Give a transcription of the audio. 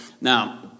Now